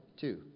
two